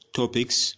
topics